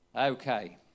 Okay